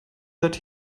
that